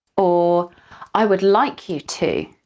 or i would like you to,